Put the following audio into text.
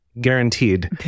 guaranteed